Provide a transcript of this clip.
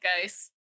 guys